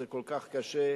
זה כל כך קשה,